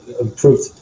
improved